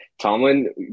Tomlin